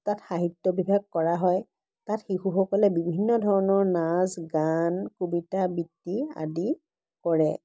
তাত সাহিত্য বিভাগ কৰা হয় তাত শিশুসকলে বিভিন্ন ধৰণৰ নাচ গান কবিতা আবৃত্তি আদি কৰে